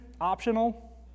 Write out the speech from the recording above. optional